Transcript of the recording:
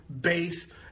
base